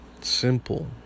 simple